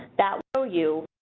that will you,